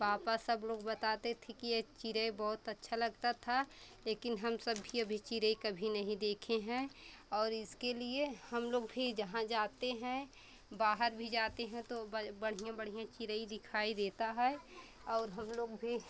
पापा सब लोग बताते थे कि ए चिरई बहुत अच्छा लगती थी लेकिन हम सब भी अभी चिरई कभी नहीं देखे हैं और इसके लिए हम लोग भी जहाँ जाते हैं बाहर भी जाते हैं तो बढ़िया बढ़िया चिरई दिखाई देती है और हम लोग भी